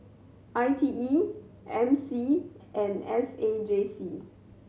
I T E M C and S A J C